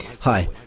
hi